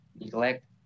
neglect